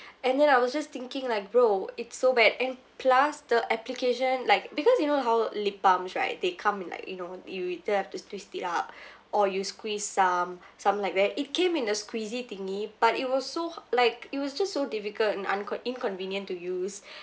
and then I was just thinking like bro it's so bad and plus the application like because you know how lip balms right they come in like you know you don't have to twist it up or you squeeze some some like where it came in the squeezy thingy but it was so like it was just so difficult and unco~ inconvenient to use